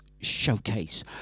showcase